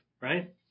right